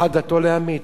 אחת דתו להמית,